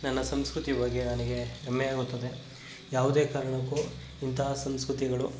ನನ್ನ ಸಂಸ್ಕೃತಿ ಬಗ್ಗೆ ನನ್ಗೆ ಹೆಮ್ಮೆ ಆಗುತ್ತದೆ ಯಾವುದೇ ಕಾರಣಕ್ಕೂ ಇಂತಹ ಸಂಸ್ಕೃತಿಗಳು